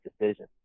decision